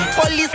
Police